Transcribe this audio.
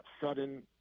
sudden